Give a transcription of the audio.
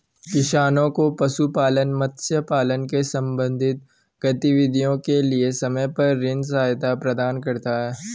किसानों को पशुपालन, मत्स्य पालन से संबंधित गतिविधियों के लिए समय पर ऋण सहायता प्रदान करता है